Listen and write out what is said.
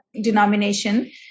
denomination